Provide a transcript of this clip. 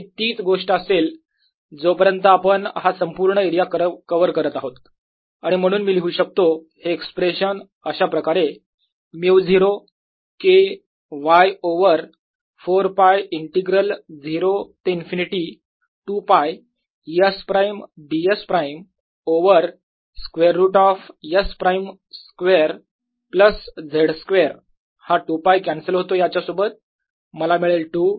ही तीच गोष्ट असेल जोपर्यंत आपण हा संपूर्ण एरिया कव्हर करत आहोत आणि म्हणून मी लिहू शकतो हे एक्सप्रेशन अशाप्रकारे μ0 K y ओवर 4 π इंटिग्रल 0 ते infinity 2 π S prime ds prime over square root of S prime square plus z square हा 2 π कॅन्सल होतो याच्या सोबत मला मिळेल 2